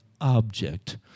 object